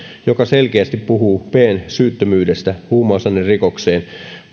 joka selkeästi puhuu bn syyttömyydestä huumausainerikokseen